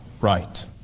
Right